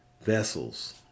vessels